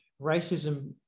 racism